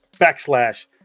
backslash